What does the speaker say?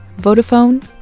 Vodafone